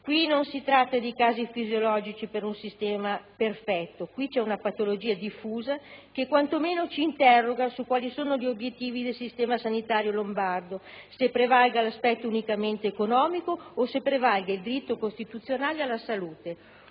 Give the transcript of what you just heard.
Qui non si tratta di casi fisiologici per un sistema perfetto: qui c'è una patologia diffusa, che quantomeno ci interroga su quali sono gli obiettivi del sistema sanitario lombardo, se prevalga l'aspetto unicamente economico o se prevalga il diritto costituzionale alla salute.